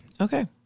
Okay